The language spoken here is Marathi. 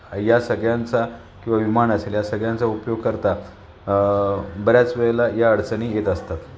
या सगळ्यांचा किंवा विमान असेल या सगळ्यांचा उपयोग करता बऱ्याच वेळेला या अडचणी येत असतात